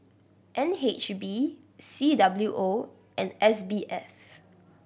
N H B C W O and S B F